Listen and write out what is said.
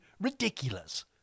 ridiculous